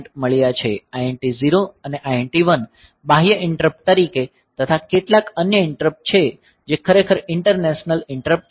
INT 0 અને INT 1 બાહ્ય interrupt તરીકે તથા કેટલાક અન્ય ઈંટરપ્ટ છે જે ખરેખર ઇન્ટરનલ ઈંટરપ્ટ છે